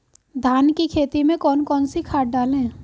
धान की खेती में कौन कौन सी खाद डालें?